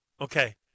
Okay